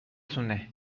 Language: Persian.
تونه